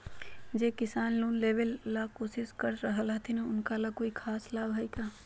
जे किसान लोन लेबे ला कोसिस कर रहलथिन हे उनका ला कोई खास लाभ हइ का?